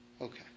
Okay